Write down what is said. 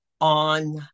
on